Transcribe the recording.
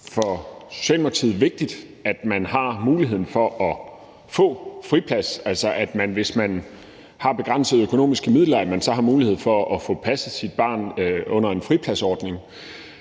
for Socialdemokratiet vigtigt, at man har muligheden for at få friplads, altså at man, hvis man har begrænsede økonomiske midler, så har mulighed for at få passet sit barn under en fripladsordning.